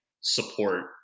support